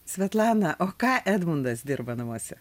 svetlana o ką edmundas dirba namuose